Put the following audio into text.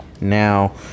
now